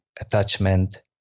attachment